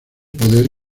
poder